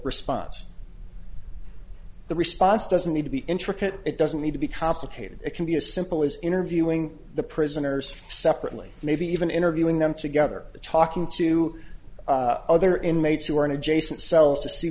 response the response doesn't need to be intricate it doesn't need to be complicated it can be as simple as interviewing the prisoners separately maybe even interviewing them together talking to other inmates who are in adjacent cells to see